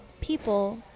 people